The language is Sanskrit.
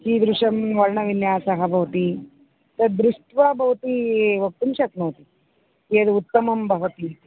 कीदृशं वर्णविन्यासः भवति तद्दृष्ट्वा भवती वक्तुं शक्नोति यद् उत्तमं भवतीति